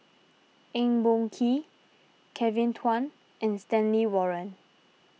Eng Boh Kee Kevin Kwan and Stanley Warren